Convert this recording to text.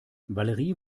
valerie